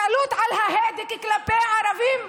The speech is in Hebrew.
הקלות בלחיצה על ההדק כלפי הערבים,